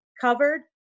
covered